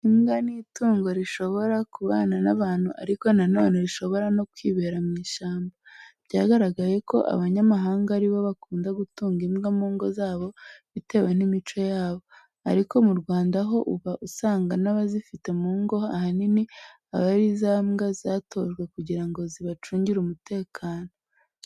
Imbwa ni itungo rishobora kubana n'abantu ariko na none rishobora no kwibera mu ishyamba. Byagaragaye ko abanyamahanga ari bo bakunda gutunga imbwa mu ngo zabo bitewe n'imico yabo. Ariko mu Rwanda ho uba usanga n'abazifite mu ngo ahanini aba ari za mbwa zatojwe kugira ngo zibacungire umutekano.